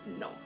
No